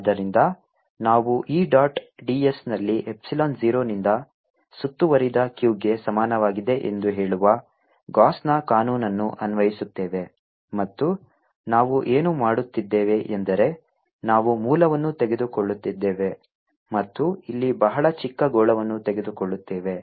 ErCe λrr3r|Er|Ce λrr2 ಆದ್ದರಿಂದ ನಾವು E dot d s ನಲ್ಲಿ ಎಪ್ಸಿಲಾನ್ 0 ನಿಂದ ಸುತ್ತುವರಿದ Q ಗೆ ಸಮಾನವಾಗಿದೆ ಎಂದು ಹೇಳುವ ಗಾಸ್Gauss'ನ ಕಾನೂನನ್ನು ಅನ್ವಯಿಸುತ್ತೇವೆ ಮತ್ತು ನಾವು ಏನು ಮಾಡುತ್ತಿದ್ದೇವೆ ಎಂದರೆ ನಾವು ಮೂಲವನ್ನು ತೆಗೆದುಕೊಳ್ಳುತ್ತಿದ್ದೇವೆ ಮತ್ತು ಇಲ್ಲಿ ಬಹಳ ಚಿಕ್ಕ ಗೋಳವನ್ನು ತೆಗೆದುಕೊಳ್ಳುತ್ತೇವೆ